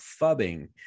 fubbing